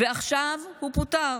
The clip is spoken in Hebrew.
ועכשיו הוא פוטר,